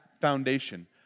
foundation